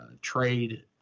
trade